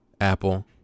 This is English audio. Apple